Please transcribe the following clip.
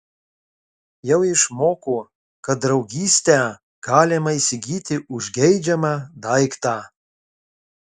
jau išmoko kad draugystę galima įsigyti už geidžiamą daiktą